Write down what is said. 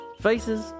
Faces